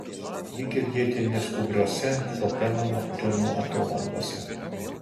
ji girdėti neskubriose šopeno noktiurnų atomazgose